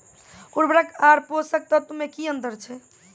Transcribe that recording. उर्वरक आर पोसक तत्व मे की अन्तर छै?